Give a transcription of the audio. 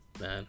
Man